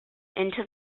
into